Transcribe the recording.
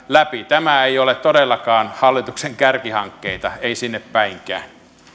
läpi tämä ei ole todellakaan hallituksen kärkihankkeita ei sinnepäinkään